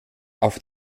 auf